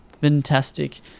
fantastic